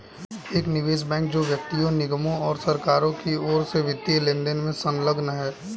एक निवेश बैंक जो व्यक्तियों निगमों और सरकारों की ओर से वित्तीय लेनदेन में संलग्न है